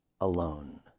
alone